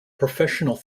professional